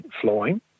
flowing